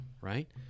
right